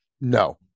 no